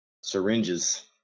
syringes